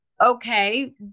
okay